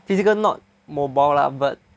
physical not mobile lah but